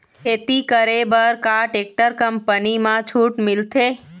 खेती करे बर का टेक्टर कंपनी म छूट मिलथे?